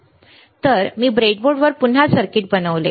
तर मी ब्रेडबोर्डवर संपूर्ण सर्किट बनवले